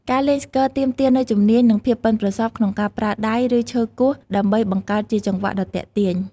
ការលេងស្គរទាមទារនូវជំនាញ និងភាពប៉ិនប្រសប់ក្នុងការប្រើដៃ ឬឈើគោះដើម្បីបង្កើតជាចង្វាក់ដ៏ទាក់ទាញ។